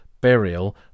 burial